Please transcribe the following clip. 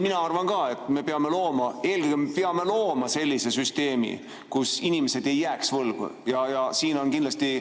Mina arvan ka, et me peame eelkõige looma sellise süsteemi, et inimesed ei jääks võlgu. Ja siin on kindlasti